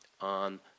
on